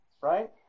right